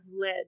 led